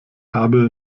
habe